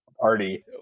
party